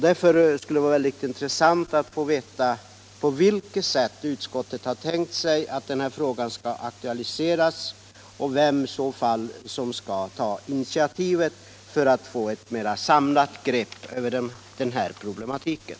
Det vore intressant att få veta på vilket sätt utskottet har tänkt sig att saken skall aktualiseras och vem som skall ta initiativet för att man skall kunna få ett mera samlat grepp på problematiken.